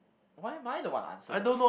why am I the one answering